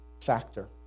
factor